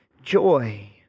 joy